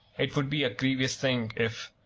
it would be a grievous thing if,